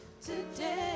today